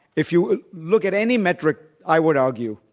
if you look at any metric, i would argue,